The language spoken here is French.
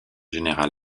général